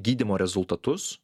gydymo rezultatus